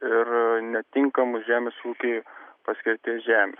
ir netinkamus žemės ūkiui paskirties žemę